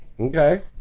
Okay